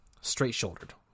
Straight-shouldered